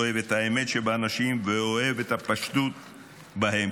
אוהב את האמת שבאנשים ואוהב את הפשטות בהם.